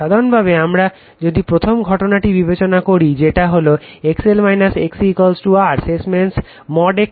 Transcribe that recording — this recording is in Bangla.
সাধারণভাবে আমারা যদি প্রথম ঘটনাটি বিবেচনা করি যেটা হলো XL XC R শেষমেশ